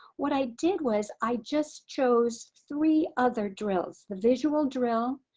what i did was i just chose three other drills. the visual drill,